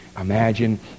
Imagine